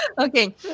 okay